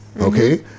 okay